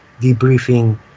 debriefing